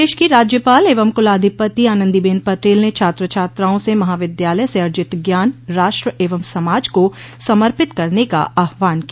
प्रदेश की राज्यपाल एवं कुलाधिपति आनन्दीबेन पटेल ने छात्र छात्राओं से महाविद्यालय से अर्जित ज्ञान राष्ट्र व समाज को समर्पित करने का आहवान किया